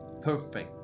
perfect